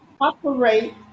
operate